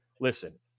listen